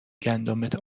گندمت